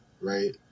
right